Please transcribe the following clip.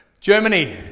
germany